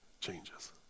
changes